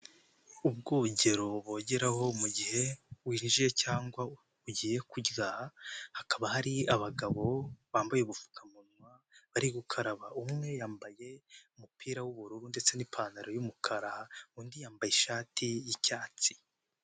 Ubwogero bogeraho mugihe winjiye cyangwa ugiye kurya, hakaba hari abagabo bambaye ubupfukamunwa, bari gukaraba, umwe yambaye umupira w'ubururu ndetse n'ipantaro y'umukara, undi yambaye ishati y'icyatsi.